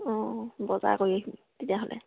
অঁ বজাৰ কৰি আহিম তেতিয়াহ'লে